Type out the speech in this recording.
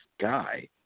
guy